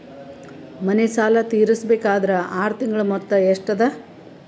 ಮನೆ ಸಾಲ ತೀರಸಬೇಕಾದರ್ ಆರ ತಿಂಗಳ ಮೊತ್ತ ಎಷ್ಟ ಅದ?